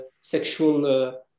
sexual